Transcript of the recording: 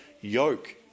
yoke